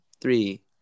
Three